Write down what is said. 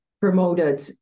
promoted